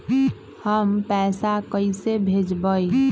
हम पैसा कईसे भेजबई?